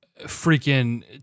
freaking